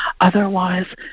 Otherwise